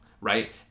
right